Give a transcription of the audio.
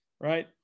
right